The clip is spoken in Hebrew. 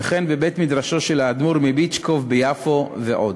וכן בבית-מדרשו של האדמו"ר מביצ'קוב ביפו ועוד.